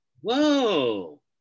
Whoa